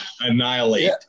annihilate